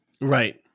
Right